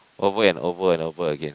over and over and over again